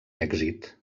èxit